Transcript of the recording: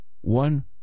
one